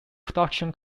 production